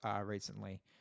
recently